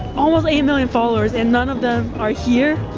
almost eight million followers and none of them are here.